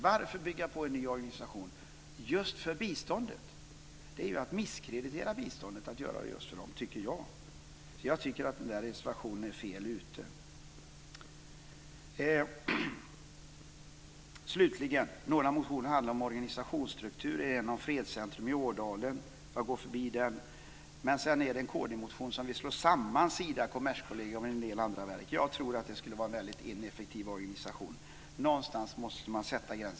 Varför bygga en ny organisation just för biståndet? Jag tycker att det är att misskreditera biståndet att göra det. Därför tycker jag att man är fel ute i den reservationen. Slutligen vill jag säga att någon motion handlar om organisationsstrukturen när det gäller något fredscentrum i Ådalen. Jag går förbi den. Sedan finns det en kd-motion som handlar om att man vill slå samman Sida, Kommerskollegium och en del andra verk. Jag tror att det skulle vara en väldigt ineffektiv organisation. Någonstans måste man sätta gränsen.